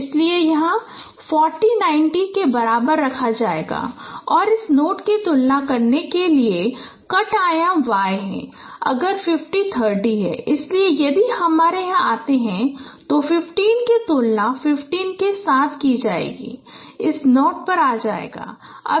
इसलिए इसे यहां 40 90 के बराबर रखा जाएगा और इस नोड की तुलना करने के लिए कट आयाम y है अगला 15 30 है इसलिए यदि हम यहां आते हैं तो 15 की तुलना 15 के साथ की जाएगी यह इस नोड पर आ जाएगा